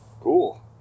Cool